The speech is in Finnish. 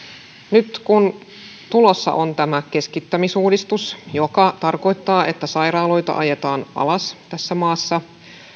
nyt tulossa on tämä keskittämisuudistus joka tarkoittaa että sairaaloita ajetaan alas tässä maassa